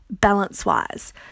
balance-wise